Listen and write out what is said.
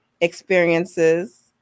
experiences